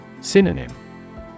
Synonym